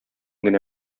генә